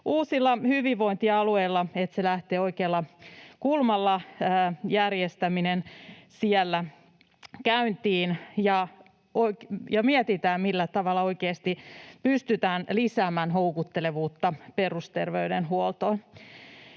uusilla hyvinvointialueilla, että siellä lähtee oikealla kulmalla järjestäminen käyntiin ja mietitään, millä tavalla oikeasti pystytään lisäämään houkuttelevuutta perusterveydenhuoltoon.